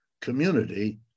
community